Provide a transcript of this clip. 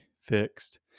fixed